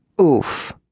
oof